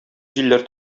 җилләр